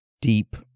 deep